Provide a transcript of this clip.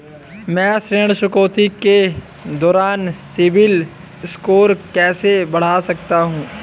मैं ऋण चुकौती के दौरान सिबिल स्कोर कैसे बढ़ा सकता हूं?